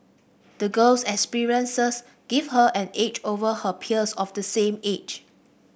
the girl's experiences gave her an edge over her peers of the same age